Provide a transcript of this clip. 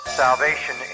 salvation